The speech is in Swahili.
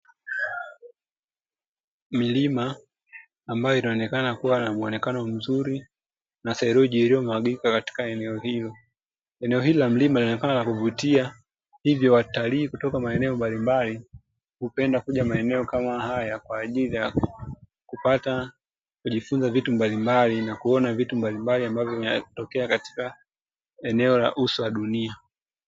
Milima ambayo inaonekana kuwa na muonekano mzuri na theruji iliyomwagika katika eneo hilo. Eneo hili la mlima linaonekana la kuvutia, hivyo watalii kutoka maeneo mbalimbali hupenda kuja maeneo kama haya kwa ajili ya kupata kujifunza vitu mbalimbali na kuona vitu mbalimbali ambavyo vinatokea katika eneo la uso wa dunia.